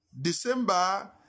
December